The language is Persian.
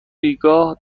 بیگاه